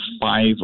five